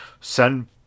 send